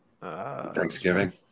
Thanksgiving